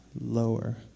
lower